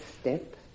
step